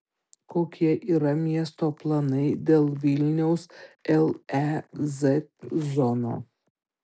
kokie yra miesto planai dėl vilniaus lez zonos